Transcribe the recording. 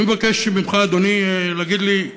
אני מבקש ממך, אדוני, להגיד לי,